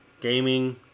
gaming